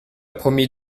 promis